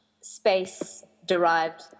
space-derived